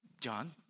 John